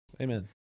Amen